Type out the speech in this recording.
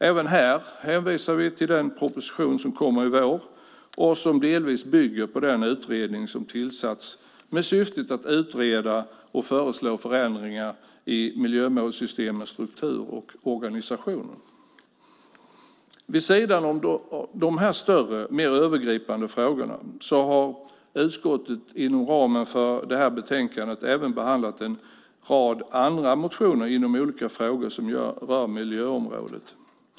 Även där hänvisar vi till den proposition som kommer i vår och som delvis bygger på den utredning som tillsatts med syftet att utreda och föreslå förändringar i miljömålssystemens struktur och organisationer. Vid sidan om de här större mer övergripande frågorna har utskottet inom ramen för betänkandet även behandlat en rad andra motioner inom olika frågor som rör miljöområdet.